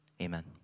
Amen